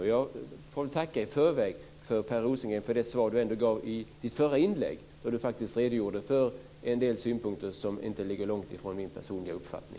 Och jag får väl tacka Per Rosengren för det svar som han ändå gav i sitt förra inlägg, då han faktiskt redogjorde för en del synpunkter som inte ligger långt ifrån min personliga uppfattning.